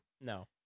No